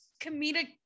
comedic